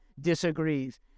disagrees